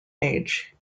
age